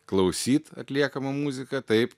klausyt atliekamą muziką taip